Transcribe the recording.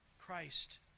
Christ